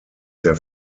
their